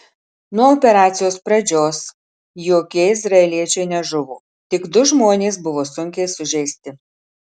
nuo operacijos pradžios jokie izraeliečiai nežuvo tik du žmonės buvo sunkiai sužeisti